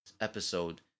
episode